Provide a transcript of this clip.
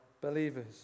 believers